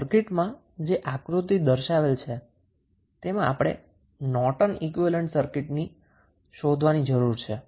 તો સર્કિટ માં જે આકૃતિમાં દર્શાવેલ છે તેમાં આપણે સર્કીટનુ નોર્ટન ઈક્વીવેલેન્ટ શોધવાની જરૂર છે